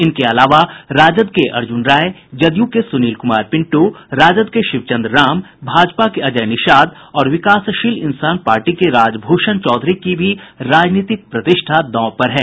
इनके अलावा राजद के अर्जुन राय जदयू के सुनील कुमार पिंट राजद के शिवचंद्र राम भाजपा के अजय निषाद और विकासशील इंसान पार्टी के राजभूषण चौधरी की भी राजनीतिक प्रतिष्ठा दांव पर है